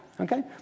Okay